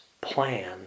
plan